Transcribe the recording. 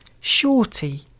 Shorty